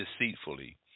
deceitfully